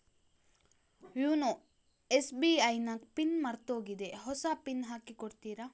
YONO SBI ನ PIN ಮರ್ತೋಗಿದೆ ಹೊಸ ಪಿನ್ ಹಾಕಿ ಕೊಡ್ತೀರಾ?